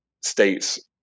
states